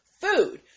food